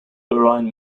orion